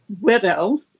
widow